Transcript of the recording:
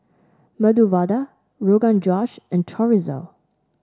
Medu Vada Rogan Josh and Chorizo